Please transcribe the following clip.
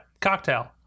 cocktail